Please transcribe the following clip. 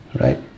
Right